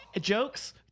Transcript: Jokes